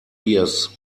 bears